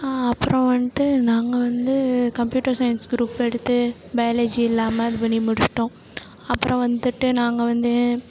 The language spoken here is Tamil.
அப்பறம் வந்துட்டு நாங்கள் வந்து கம்ப்யூட்டர் சயின்ஸ் க்ரூப் எடுத்து பயாலஜி இல்லாமல் இது பண்ணி முடித்துட்டோம் அப்புறம் வந்துட்டு நாங்கள் வந்து